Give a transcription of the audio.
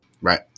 Right